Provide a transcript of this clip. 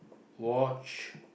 watch